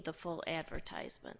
the full advertisement